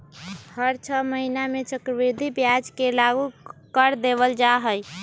हर छ महीना में चक्रवृद्धि ब्याज के लागू कर देवल जा हई